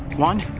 one,